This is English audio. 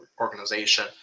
organization